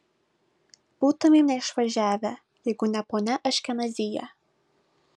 būtumėm neišvažiavę jeigu ne ponia aškenazyje